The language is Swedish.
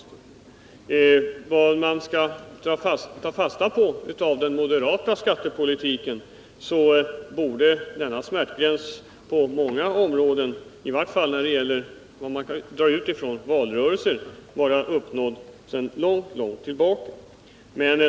Enligt vad man kan ta fasta på i den moderata skattepolitiken borde denna smärtgräns på många områden, i varje fall när det gäller vad man kan dra ut av valrörelsen, vara uppnådd sedan lång tid tillbaka.